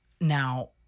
Now